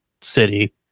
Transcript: city